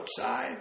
outside